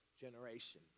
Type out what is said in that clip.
generation